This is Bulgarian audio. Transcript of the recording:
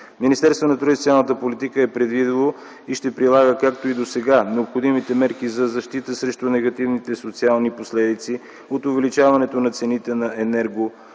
Министерството на труда и социалната политика е предвидило и ще прилага, както и досега, необходимите мерки за защита срещу негативните социални последици от увеличаването на цените на енергоносителите.